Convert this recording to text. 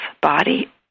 body